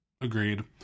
Agreed